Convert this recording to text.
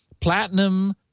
Platinum